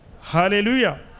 Hallelujah